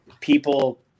people